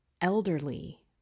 elderly